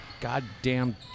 goddamn